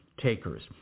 takers